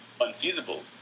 unfeasible